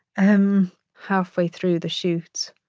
um halfway through the shoot,